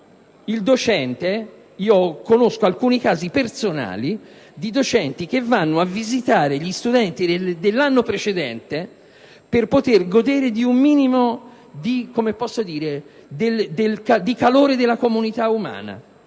Conosco personalmente casi di docenti che vanno a visitare gli studenti dell'anno precedente per poter godere di un minimo di calore della comunità umana.